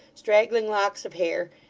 straggling locks of hair,